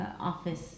office